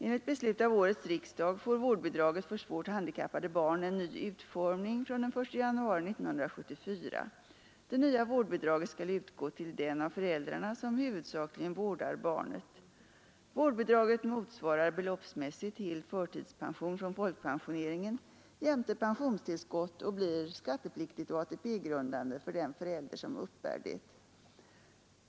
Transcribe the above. Enligt beslut av årets riksdag får vårdbidraget för svårt handikappade barn en ny utformning från den 1 januari 1974. Det nya vårdbidraget skall utgå till den av föräldrarna som huvudsakligen vårdar barnet. Vårdbidraget motsvarar beloppsmässigt hel förtidspension från folkpensioneringen jämte pensionstillskott och blir skattepliktigt och ATP grundande för den förälder som uppbär det.